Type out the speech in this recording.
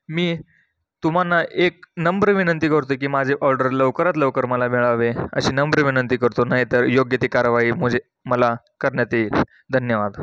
मी तुम्हाला एक नम्र विनंती करतो की माझे ऑर्डर लवकरात लवकर मला मिळावे अशी नम्र विनंती करतो नाहीतर योग्य ती कारवाई म्हणजे मला करण्यात येईल धन्यवाद